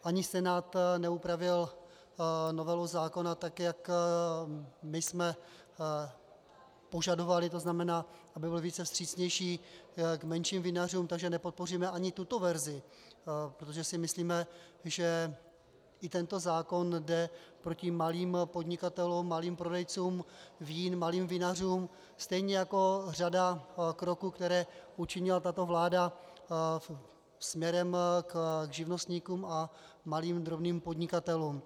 Ani Senát neupravil novelu zákona tak, jak my jsme požadovali, tzn. aby byl vstřícnější k menším vinařům, takže nepodpoříme ani tuto verzi, protože si myslíme, že i tento zákon jde proti malým podnikatelům, malým prodejcům vín, malým vinařům, stejně jako řada kroků, které učinila tato vláda směrem k živnostníkům a malým drobným podnikatelům.